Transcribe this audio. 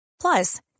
Plus